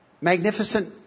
Magnificent